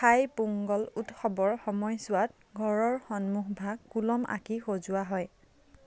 থাই পোংগল উৎসৱৰ সময়ছোৱাত ঘৰৰ সন্মুখভাগ কোলম আঁকি সজোৱা হয়